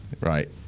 Right